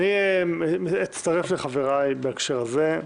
אני אצטרף לחבריי בהקשר הזה.